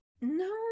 no